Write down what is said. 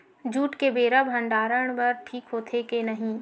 Jute के बोरा भंडारण बर ठीक होथे के नहीं?